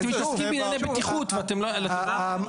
אתם מתעסקים בענייני בטיחות ואתם לא --- המתכונת